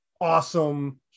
awesome